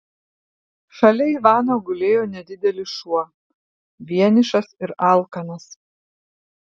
šalia ivano gulėjo nedidelis šuo vienišas ir alkanas